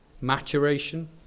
Maturation